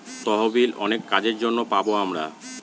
তহবিল অনেক কাজের জন্য পাবো আমরা